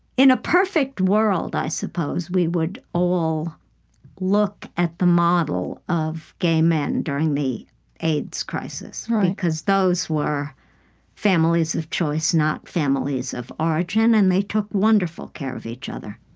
in a perfect world, i suppose, we would all look at the model of gay men during the aids crisis because those were families of choice, not families of origin, and they took wonderful care of each other